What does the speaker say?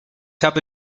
habe